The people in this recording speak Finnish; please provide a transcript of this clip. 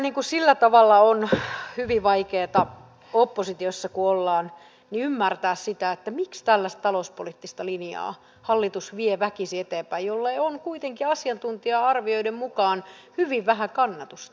kyllä sillä tavalla on hyvin vaikeata oppositiossa kun olemme ymmärtää sitä miksi hallitus vie väkisin eteenpäin tällaista talouspoliittista linjaa jolla on kuitenkin asiantuntija arvioiden mukaan hyvin vähän kannatusta